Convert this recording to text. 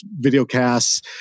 videocasts